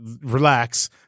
relax